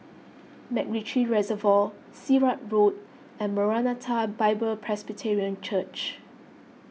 MacRitchie Reservoir Sirat Road and Maranatha Bible Presby Church